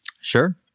Sure